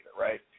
right